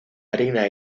harina